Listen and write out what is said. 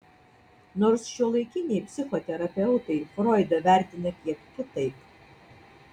nors šiuolaikiniai psichoterapeutai froidą vertina kiek kitaip